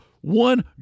one